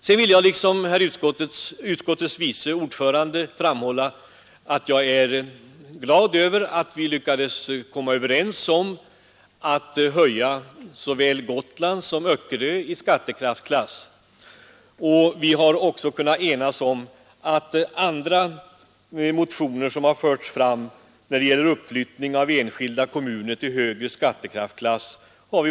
Sedan är jag liksom utskottets vice ordförande glad över att vi lyckades komma överens om att höja såväl Gotland som Öckerö i skattekraftsklass. Vi har också kunnat enas om att föreslå riksdagen att avslå andra motioner som förts fram i fråga om uppflyttning av enskilda kommuner till högre skattekraftsklass.